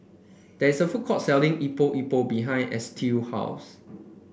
there is a food court selling Epok Epok behind Estill house